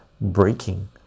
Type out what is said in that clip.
breaking